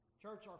Church